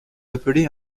appelé